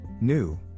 New